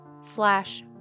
slash